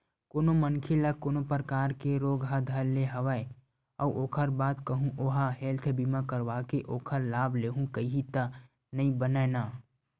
कोनो मनखे ल कोनो परकार के रोग ह धर ले हवय अउ ओखर बाद कहूँ ओहा हेल्थ बीमा करवाके ओखर लाभ लेहूँ कइही त नइ बनय न